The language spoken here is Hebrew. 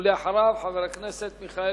אחריו, חבר הכנסת בן-ארי.